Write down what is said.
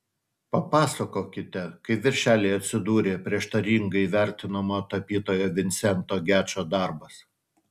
papasakokite kaip viršelyje atsidūrė prieštaringai vertinamo tapytojo vincento gečo darbas